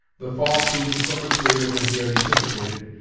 the fall proving so much greater than he had anticipated,